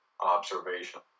observation